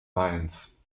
mainz